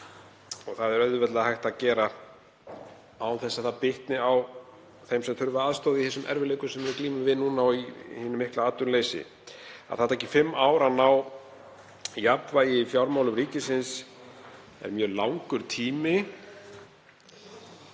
Það er auðveldlega hægt að gera án þess að það bitni á þeim sem þurfa aðstoð í þeim erfiðleikum sem við glímum við núna og í hinu mikla atvinnuleysi. Að það taki fimm ár að ná jafnvægi í fjármálum ríkisins er mjög langur tími.